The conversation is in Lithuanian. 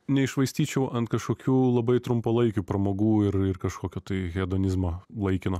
neiššvaistyčiau ant kažkokių labai trumpalaikių pramogų ir ir kažkokio tai hedonizmo laikino